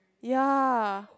ya